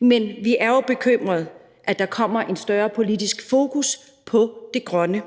Men vi var jo bekymrede for, om der kom større politisk fokus på det grønne,